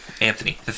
Anthony